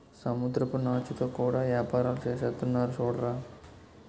సముద్రపు నాచుతో కూడా యేపారాలు సేసేస్తున్నారు సూడరా